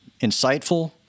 insightful